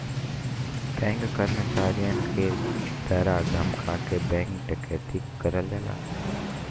bank कर्मचारियन के डरा धमका के बैंक डकैती करल जाला